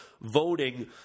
voting